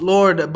Lord